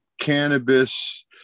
cannabis